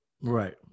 Right